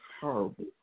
horrible